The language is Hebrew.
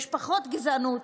יש פחות גזענות,